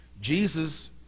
Jesus